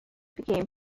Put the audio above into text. became